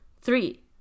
Three